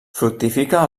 fructifica